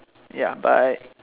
ya bye